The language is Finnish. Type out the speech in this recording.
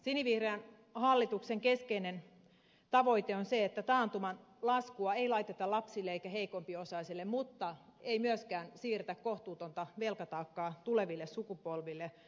sinivihreän hallituksen keskeinen tavoite on se että taantuman laskua ei laiteta lapsille eikä heikompiosaisille mutta ei myöskään siirretä kohtuutonta velkataakkaa tuleville sukupolville